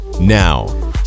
Now